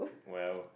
well